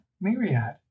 Myriad